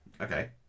Okay